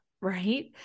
Right